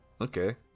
Okay